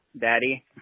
daddy